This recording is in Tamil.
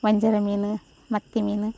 வஞ்சரம் மீன் மத்தி மீன்